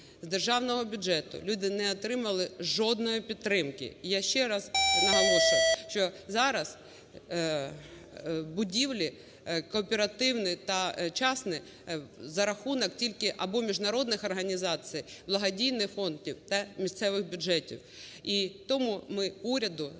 з державного бюджету люди не отримали жодної підтримки. Я ще раз наголошую, що зараз будівлі кооперативні та частні за рахунок тільки або міжнародних організацій, благодійних фондів та місцевих бюджетів. І тому ми уряду зараз